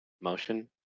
motion